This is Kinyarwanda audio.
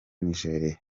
nigeria